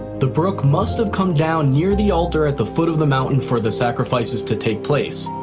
the brook must have come down near the altar at the foot of the mountain for the sacrifices to take place,